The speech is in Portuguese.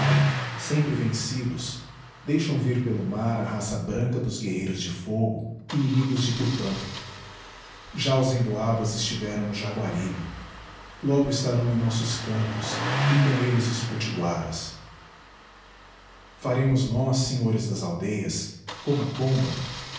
sempre vencidos deixam vir pelo mar a raça branca dos guerreiros de fogo inimigos de tupã já os emboabas estiveram no jaguaribe logo estarão em nossos campos e com eles os potiguaras faremos nós senhores das aldeias como a pomba